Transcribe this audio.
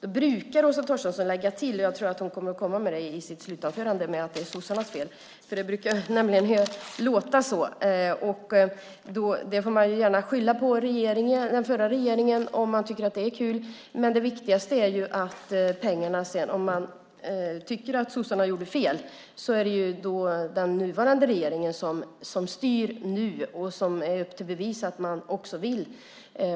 Åsa Torstensson brukar lägga till, och jag tror att hon kommer att göra det i sitt slutanförande, att det är sossarnas fel. Det brukar nämligen låta så. Det får man gärna skylla på den förra regeringen för om man tycker att det är kul. Men om man tycker att sossarna gjorde fel är det ju den nuvarande regeringen som styr nu, så det är upp till bevis.